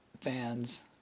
fans